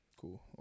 Cool